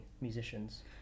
musicians